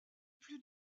plus